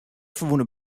ferwûne